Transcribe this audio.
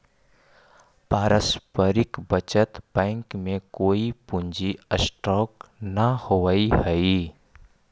पारस्परिक बचत बैंक में कोई पूंजी स्टॉक न होवऽ हई